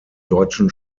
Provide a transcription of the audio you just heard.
deutschen